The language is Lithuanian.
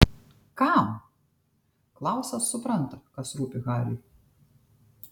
kam klausas supranta kas rūpi hariui